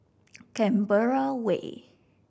Canberra Way